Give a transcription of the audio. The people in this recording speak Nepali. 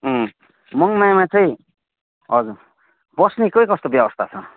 मङमायामा चाहिँ हजुर बस्ने के कस्तो व्यवस्था छ